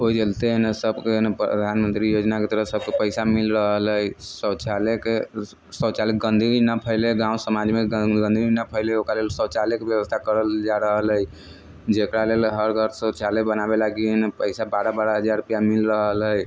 ओहि चलते न सभके प्रधानमंत्री योजनाके तरफसँ सभके पैसा मिल रहल हइ शौचालयके शौचालय गन्दगी न फैले गाम समाजमे गं गन्दगी न फैलय ओकरा लेल शौचालयके व्यवस्था करल जा रहल हइ जकरा लेल हर घर शौचालय बनाबय लागि पैसा बारह बारह हजार रुपैआ मिलि रहल हइ